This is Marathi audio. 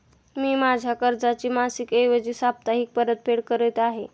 मी माझ्या कर्जाची मासिक ऐवजी साप्ताहिक परतफेड करत आहे